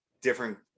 different